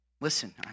Listen